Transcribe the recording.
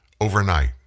overnight